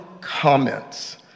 comments